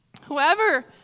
Whoever